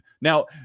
now